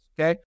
Okay